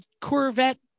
corvette